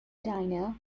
diner